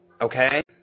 Okay